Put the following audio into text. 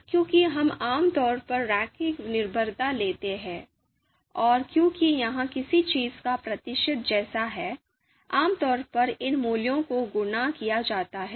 क्योंकि हम आम तौर पर रैखिक निर्भरता लेते हैं और क्योंकि यह किसी चीज का प्रतिशत जैसा है आमतौर पर इन मूल्यों को गुणा किया जाता है